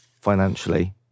financially